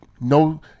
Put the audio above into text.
No